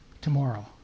tomorrow